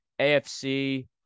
AFC